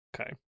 Okay